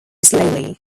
slowly